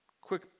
quick